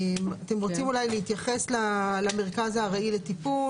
אתם רוצים להתייחס למרכז הארעי לטיפול?